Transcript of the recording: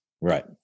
Right